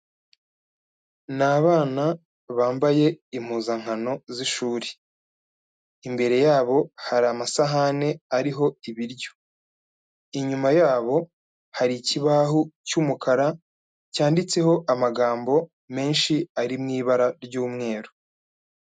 Ni abana bambaye impuzankano z'ishuri, imbere yabo hari amasahani ariho ibiryo inyuma yabo hari ikibaho cy'umukara cyanditseho amagambo menshi ari mu ibara ry'umweru.